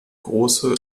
große